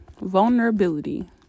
vulnerability